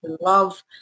love